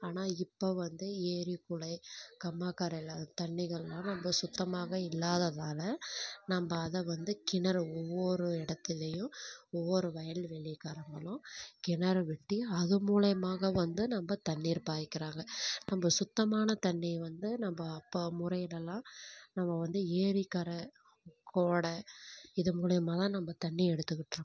ஆனால் இப்போ வந்து ஏரி குள கம்மாக்கரையில் தண்ணிகள்லாம் ரொம்ப சுத்தமாக இல்லாததுனால் நம்ம அதை வந்து கிணறு ஒவ்வொரு இடத்துலையும் ஒவ்வொரு வயல்வெளிகாரங்களும் கிணறு வெட்டி அதன் மூலிமாக வந்து நம்ம தண்ணி பாய்க்கிறாங்க நம்ம சுத்தமான தண்ணியை வந்து நம்ம அப்போ முறையிடலாம் நம்ம வந்து ஏரிக்கரை ஓடை இதன் மூலிமா தான் நம்ம தண்ணி எடுத்துக்கிட்டுருப்போம்